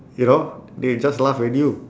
you know they just laugh at you